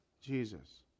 Jesus